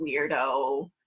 weirdo